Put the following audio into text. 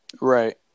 Right